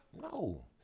no